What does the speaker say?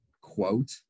quote